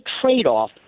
trade-off